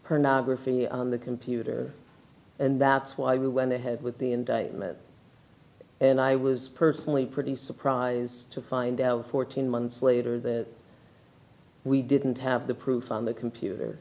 griffin on the computer and that's why we went ahead with the indictment and i was personally pretty surprised to find out fourteen months later that we didn't have the proof on the computer